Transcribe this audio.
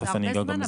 תיכף אני אגע בזה.